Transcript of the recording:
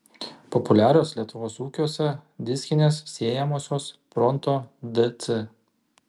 populiarios lietuvos ūkiuose diskinės sėjamosios pronto dc